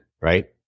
right